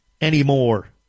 anymore